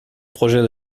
projet